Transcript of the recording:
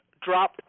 drop